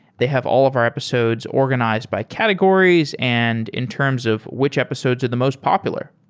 they have all of our episodes organized by categories and in terms of which episodes are the most popular.